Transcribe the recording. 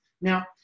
Now